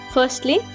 Firstly